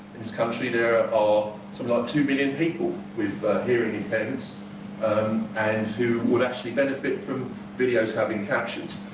in this country there are something like two million people with hearing impairments and who would actually benefit from videos having captions.